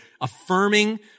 affirming